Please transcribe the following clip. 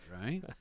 right